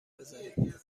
بزاریم